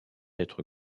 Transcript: être